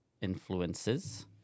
influences